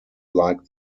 like